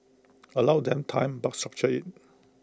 allow them time but structure IT